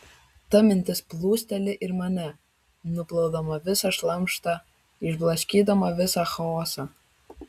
ta mintis plūsteli į mane nuplaudama visą šlamštą išblaškydama visą chaosą